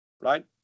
Right